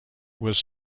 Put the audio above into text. was